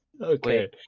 okay